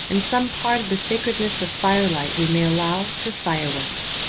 and some part of the sacredness of firelight we may allow to fireworks.